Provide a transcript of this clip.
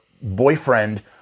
boyfriend